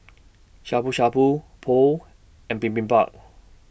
Shabu Shabu Pho and Bibimbap